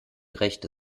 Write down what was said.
rechte